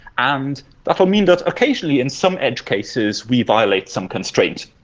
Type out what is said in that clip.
and that will mean that, occasionally, in some edge cases, we violate some constraints.